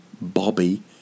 Bobby